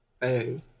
Hey